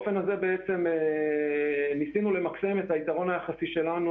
באופן הזה ניסינו למקסם את היתרון שלנו